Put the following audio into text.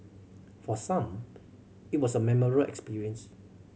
for some it was a memorable experience